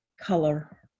color